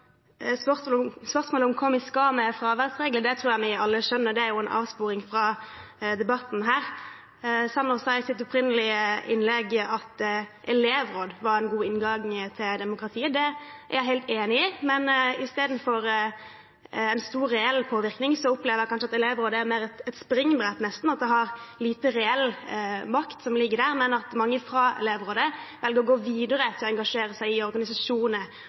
spørsmålet om hva vi skal med fraværsreglene, tror jeg vi alle skjønner er en avsporing fra debatten. Sanner sa i sitt hovedinnlegg at elevråd var en god inngang til demokratiet. Det er jeg helt enig i, men jeg opplever kanskje at elevrådet istedenfor å ha en stor reell påvirkning, nesten mer er et springbrett. Det har lite reell makt, men mange fra elevrådet velger å gå videre til å engasjere seg i organisasjoner